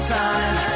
time